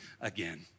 again